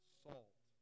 salt